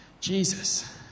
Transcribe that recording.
Jesus